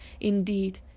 Indeed